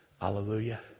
Hallelujah